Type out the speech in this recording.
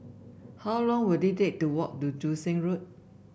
how long will it take to walk to Joo Seng Road